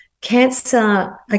cancer